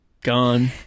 Gone